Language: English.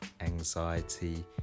anxiety